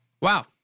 Wow